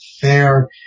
fair